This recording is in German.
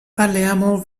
palermo